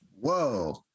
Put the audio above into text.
Whoa